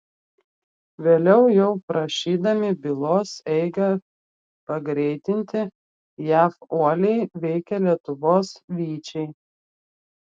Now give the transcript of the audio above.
vėliau jau prašydami bylos eigą pagreitinti jav uoliai veikė lietuvos vyčiai